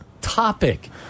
topic